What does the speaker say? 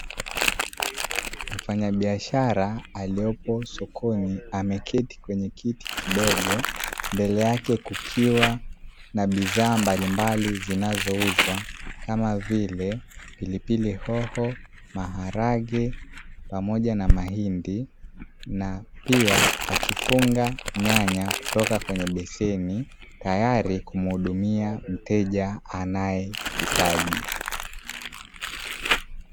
Mfanyabiashara aliyopo sokoni, ameketi kwenye kiti kidogo, mbele yake kukiwa na bidhaa mbalimbali zinazouzwa, kama vile pilipili hoho, maharage pamoja na mahindi, na pia akifunga nyanya kutoka kwenye beseni, tayari kumhudumia mteja anayehitaji.